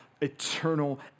eternal